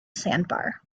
sandbar